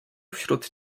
wśród